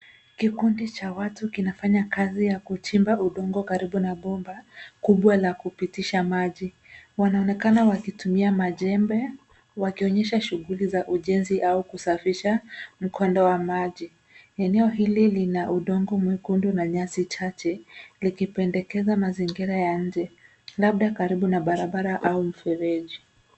Kikundi cha watu kinafanya kazi ya kuchimba udongo karibu na bomba kubwa la kupitisha maji. Wanaonekana wakitumia majembe wakionyesha shughuli za ujenzi au kusafisha mkondo wa maji. Eneo hili lina udongo mwekundu na nyasi chache likipendekeza mazingira ya nje labda karibu na barabara au mfereji.